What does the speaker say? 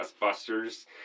busters